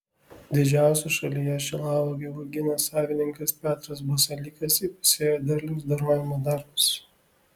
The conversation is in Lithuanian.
didžiausio šalyje šilauogių uogyno savininkas petras basalykas įpusėjo derliaus dorojimo darbus